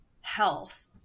health